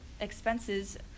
expenses